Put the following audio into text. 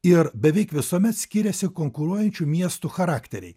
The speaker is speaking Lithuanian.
ir beveik visuomet skiriasi konkuruojančių miestų charakteriai